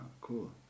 cool